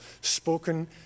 spoken